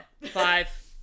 Five